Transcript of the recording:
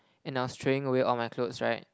and I was throwing away all my clothes right